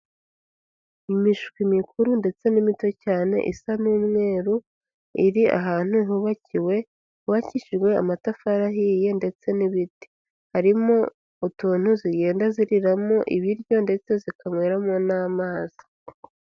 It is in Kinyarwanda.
Imishwi mikuru ndetse n'imito cyane isa n'umweru iri ahantu hubakiwe, hubakishijwe amatafari ahiye ndetse n'ibiti. Harimo utuntu zigenda ziriramo ibiryo ndetse zikanyweramo n'amazi.